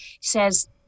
says